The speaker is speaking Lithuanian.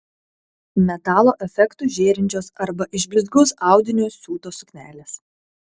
metalo efektu žėrinčios arba iš blizgaus audinio siūtos suknelės